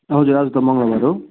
हजुर आज त मङ्गलबार हो